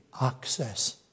access